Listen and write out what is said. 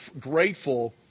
grateful